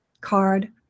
card